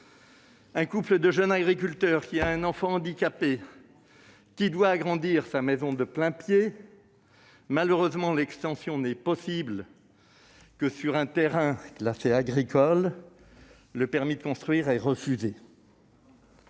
Un couple de jeunes agriculteurs ayant un enfant handicapé doit agrandir sa maison de plain-pied. Malheureusement, l'extension n'est possible que sur un terrain classé agricole : le permis de construire lui est refusé.